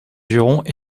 jurons